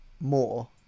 more